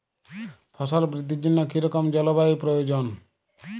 ফসল বৃদ্ধির জন্য কী রকম জলবায়ু প্রয়োজন?